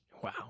Wow